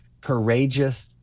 courageous